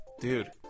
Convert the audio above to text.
Dude